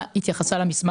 זאת הזכות שלי לדבר.